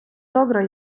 добре